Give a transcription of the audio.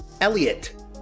Elliot